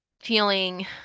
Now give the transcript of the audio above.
feeling